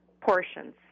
portions